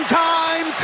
time